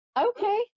Okay